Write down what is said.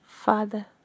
Father